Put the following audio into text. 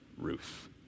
Ruth